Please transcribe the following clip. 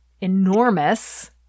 enormous